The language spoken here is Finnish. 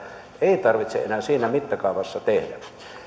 ei tarvitse enää siinä mittakaavassa tehdä